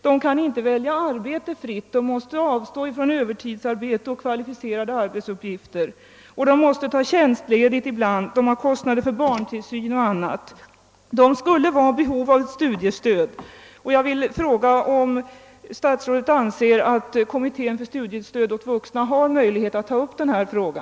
De kan inte fritt välja arbete, de måste avstå från övertidsarbete och kvalificerade arbetsuppgifter och ibland måste de ta tjänstledighet. De har kostnader för barntillsyn m.m. De skulle verkligen vara i behov av studiestöd. Anser statsrådet att kommittén för studiestöd åt vuxna har möjlighet att ta upp denna fråga?